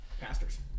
Pastors